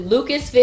Lucas